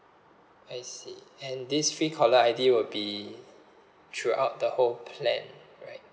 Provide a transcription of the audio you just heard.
I see and this free caller I_D will be throughout the whole plan right